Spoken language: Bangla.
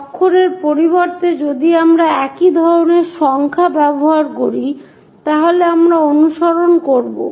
অক্ষরের পরিবর্তে যদি আমরা একই ধরনের সংখ্যা ব্যবহার করি তাহলে আমরা অনুসরণ করব